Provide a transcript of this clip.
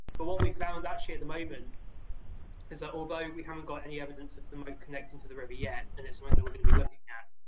but what we found actually at the moment is that although we haven't got any evidence of the moat connecting to the river yet, and it's one that we're gonna be looking at,